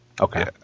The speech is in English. Okay